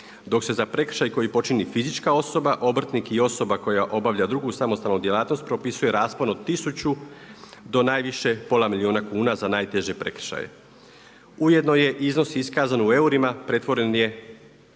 Dok se za prekršaj koji počini fizička osoba obrtnik i osoba koja obavlja drugu samostalnu djelatnost propisuje raspon od tisuću do najviše pola milijuna kuna za najteže prekršaje. Ujedno je iznos iskazan u eurima pretvoren je